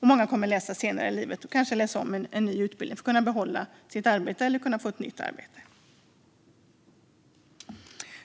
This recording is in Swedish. Många kommer även att läsa senare i livet, och kanske läsa en ny utbildning, för att kunna behålla sitt arbete eller få ett nytt.